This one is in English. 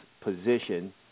position